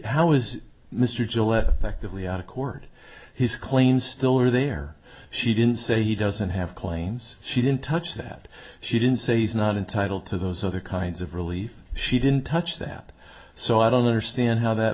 how is mr gillette effectively out of court his claim still are there she didn't say he doesn't have claims she didn't touch that she didn't say he's not entitled to those other kinds of relief she didn't touch that so i don't understand how that